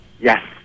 Yes